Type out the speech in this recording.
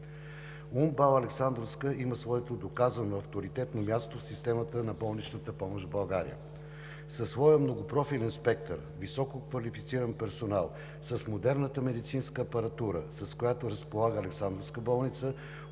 УМБАЛ „Александровска“ има своето доказано авторитетно място в системата на болничната помощ в България. Със своя многопрофилен спектър, висококвалифициран персонал, с модерната медицинска апаратура, с която разполага, Александровска болница